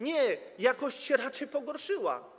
Nie, jakość się raczej pogorszyła.